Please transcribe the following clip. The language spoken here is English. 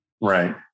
Right